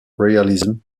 realism